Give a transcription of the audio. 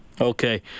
Okay